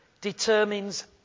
determines